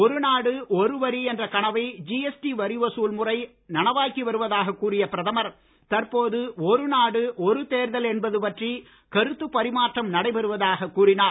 ஒருநாடு ஒருவரி என்ற கனவை ஜிஎஸ்டி வரி வசூல் முறை நனவாக்கி வருவதாக கூறிய பிரதமர் தற்போது ஒரு நாடு ஒரு தேர்தல் என்பது பற்றி கருத்து பரிமாற்றம் நடைபெறுவதாக கூறினார்